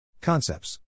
Concepts